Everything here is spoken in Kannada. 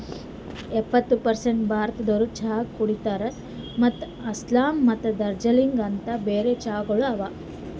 ಎಪ್ಪತ್ತು ಪರ್ಸೇಂಟ್ ಭಾರತದೋರು ಚಹಾ ಕುಡಿತಾರ್ ಮತ್ತ ಆಸ್ಸಾಂ ಮತ್ತ ದಾರ್ಜಿಲಿಂಗ ಅಂತ್ ಬೇರೆ ಚಹಾಗೊಳನು ಅವಾ